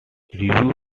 reviews